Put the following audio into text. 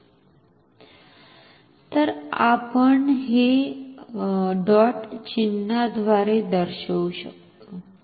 तर आपण हे डॉट चिन्हाद्वारे दर्शवू शकतो